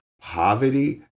Poverty